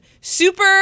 Super